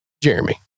Jeremy